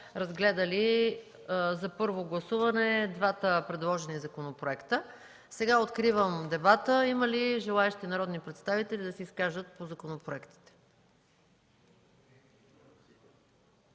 разгледали за първо гласуване двата предложени законопроекта. Сега откривам дебата. Има ли желаещи народни представители да се изкажат по законопроекта?